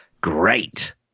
Great